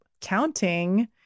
counting